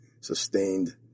sustained